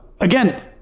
Again